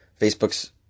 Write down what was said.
Facebook's